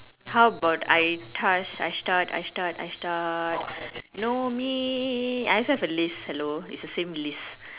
how about I start I start I start I start I start no me I also have a list hello it's the same list